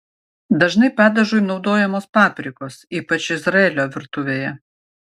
dažnai padažui naudojamos paprikos ypač izraelio virtuvėje